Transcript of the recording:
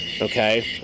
Okay